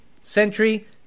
Sentry